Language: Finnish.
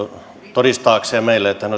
todistaakseen meille että hän